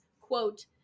quote